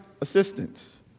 assistance